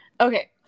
okay